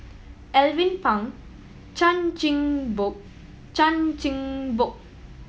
Alvin Pang Chan Chin Bock Chan Chin Bock